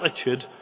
attitude